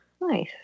Nice